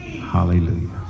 hallelujah